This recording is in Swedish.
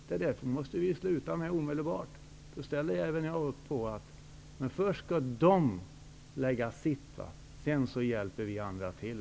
Det här måste vi omedelbart sluta med. Då först ställer jag upp. Först skall de lägga fram sitt, sedan hjälper vi andra till.